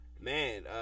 man